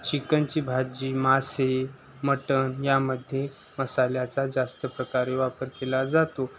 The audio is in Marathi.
चिकनची भाजी मासे मटन यामध्ये मसाल्याचा जास्त प्रकारे वापर केला जातो